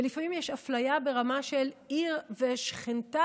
ולפעמים יש אפליה ברמה של עיר ושכנתה,